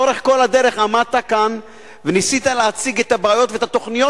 לאורך כל הדרך עמדת כאן וניסית להציג את הבעיות ואת התוכניות,